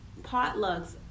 potlucks